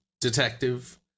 detective